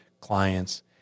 clients